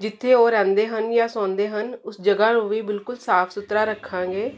ਜਿੱਥੇ ਉਹ ਰਹਿੰਦੇ ਹਨ ਜਾਂ ਸੌਂਦੇ ਹਨ ਉਸ ਜਗ੍ਹਾ ਨੂੰ ਵੀ ਬਿਲਕੁਲ ਸਾਫ ਸੁਥਰਾ ਰੱਖਾਂਗੇ